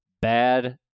bad